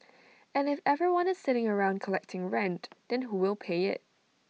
and if everyone is sitting around collecting rent then who will pay IT